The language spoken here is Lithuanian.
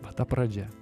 va ta pradžia